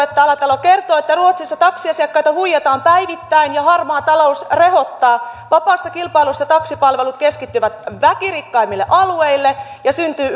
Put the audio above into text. niin että alatalo kertoo että ruotsissa taksiasiakkaita huijataan päivittäin ja harmaa talous rehottaa vapaassa kilpailussa taksipalvelut keskittyvät väkirikkaimmille alueille ja syntyy